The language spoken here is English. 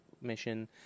mission